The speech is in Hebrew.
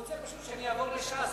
הוא רוצה פשוט שאני אעבור לש"ס,